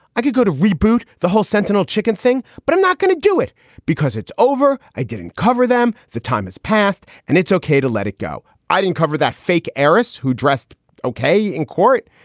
i could go to reboot the whole sentinel chicken thing. but i'm not gonna do it because it's over. i didn't cover them. the time has passed and it's okay to let it go. i didn't cover that fake heiress who dressed okay in court.